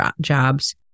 jobs